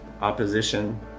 opposition